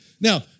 Now